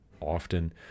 often